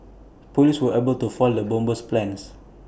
Police were able to foil the bomber's plans